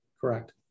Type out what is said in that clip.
Correct